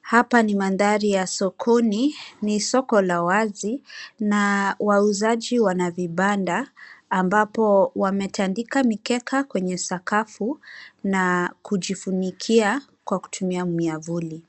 Hapa ni mandhari ya sokoni. Ni soko la wazi na wauzaji wana vibanda ambapo wametandika mikeka kwenye sakafu na kujifunikia kwa kutumia miavuli.